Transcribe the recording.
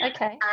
Okay